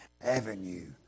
avenue